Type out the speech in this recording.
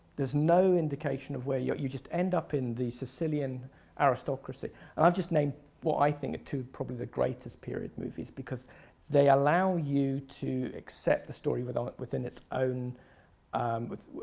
there's no indication of where. yeah you just end up in the sicilian aristocracy. and i've just named what i think are two probably the greatest period movies. because they allow you to accept the story within within its own um